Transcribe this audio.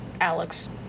Alex